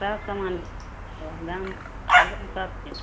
सब समान तोँ दाम लगबऽ ने सबचीज